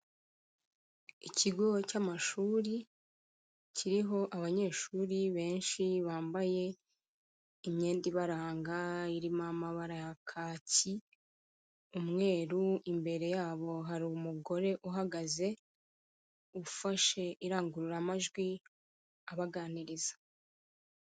Ikigo cy'amashuri kiriho abanyeshuri benshi bambaye imyenda ibaranga. Irimo amabara ya kaki, umweru. Imbere yabo hari umugore uhagaze ufashe indangururamajwi abaganiriza.